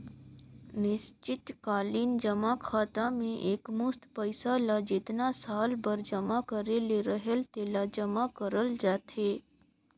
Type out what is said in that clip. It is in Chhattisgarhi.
निस्चित कालीन जमा खाता में एकमुस्त पइसा ल जेतना साल बर जमा करे ले रहेल तेला जमा करल जाथे